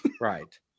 right